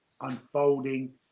unfolding